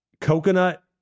coconut